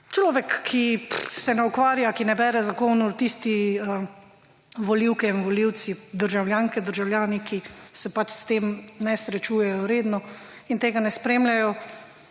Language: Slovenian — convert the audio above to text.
človek, ki se ne ukvarja, ki ne bere zakonov, tisti volivke in volivci, državljanke, državljani, ki se pač s tem ne srečujejo redno in tega ne spremljajo,